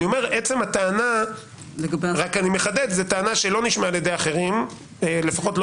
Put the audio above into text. הטענה לא שנשמעה על ידי אחרים לפחות לא